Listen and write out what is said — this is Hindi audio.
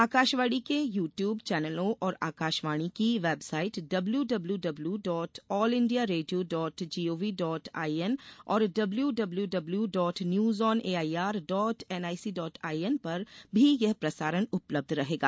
आकाशवाणी के यू ट्यूब चैनलों और आकाशवाणी की website W W W dot all India radio dot GOV dot IN और W W W dot news on AIR dot NIC dot IN पर भी यह प्रसारण उपलब्ध रहेगा